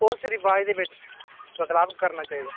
उस रवाज दे बिच्च बदलाव करना चाहिदा